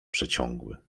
przeciągły